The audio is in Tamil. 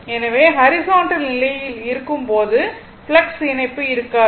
எனவே ஹரிசான்டல் நிலையில் இருக்கும் போது ஃப்ளக்ஸ் இணைப்பு இருக்காது